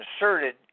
inserted